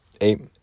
eight